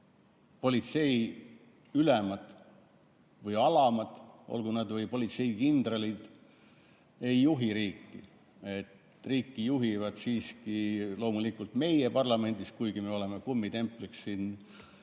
politseiülemad või ‑alamad, olgu nad või politseikindralid, ei juhi riiki. Riiki juhime siiski loomulikult meie parlamendis, kuigi oleme siin